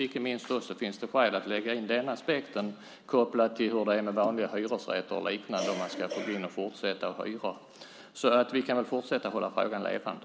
Inte minst finns det skäl att lägga in den aspekten kopplad till hur det är med vanliga hyresrätter och liknande om man ska få gå in och fortsätta att hyra. Vi kan väl fortsätta att hålla frågan levande.